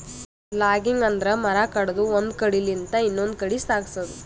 logging ಅಂದ್ರ ಮರ ಕಡದು ಒಂದ್ ಕಡಿಲಿಂತ್ ಇನ್ನೊಂದ್ ಕಡಿ ಸಾಗ್ಸದು